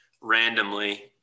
randomly